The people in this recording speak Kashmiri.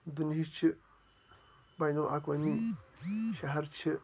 دُنیاہٕچ چھِ بینُ القوٲمی شہر چھِ